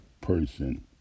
person